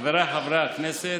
חבריי חברי הכנסת,